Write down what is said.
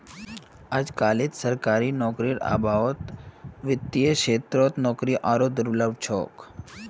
अजकालित सरकारी नौकरीर अभाउत वित्तेर क्षेत्रत नौकरी आरोह दुर्लभ छोक